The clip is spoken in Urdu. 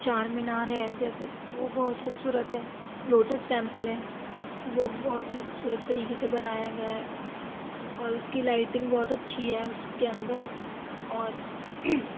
چار مینار ہے جیسے وہ بہت خوبصورت ہے لوٹس ٹیمپل ہے وہ بھی بہت ہی خوبصورت طریقے سے بنایا گیا ہے اور اس کی لائٹنگ بہت اچھی ہے اس کے اندر اور